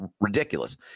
ridiculous